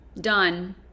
done